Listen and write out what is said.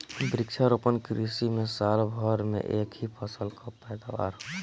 वृक्षारोपण कृषि में साल भर में एक ही फसल कअ पैदावार होला